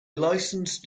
licensed